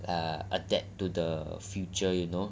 err adapt to the future you know